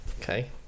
Okay